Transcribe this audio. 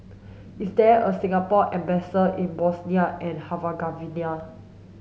is there a Singapore embassy in Bosnia and Herzegovina